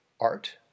art